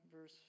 verse